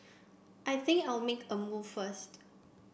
I think I'll make a move first